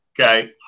Okay